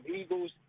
Eagles